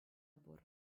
пур